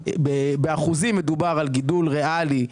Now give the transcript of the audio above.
באחוזים מדובר על גידול ריאלי.